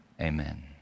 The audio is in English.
Amen